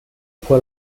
fue